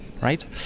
Right